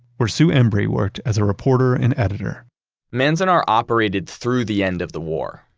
where sue embrey worked as a reporter and editor manzanar operated through the end of the war.